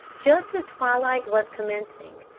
just as twilight was commencing,